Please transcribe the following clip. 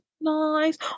nice